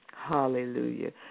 Hallelujah